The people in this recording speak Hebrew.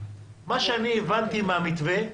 מה שאני הבנתי מהמתווה,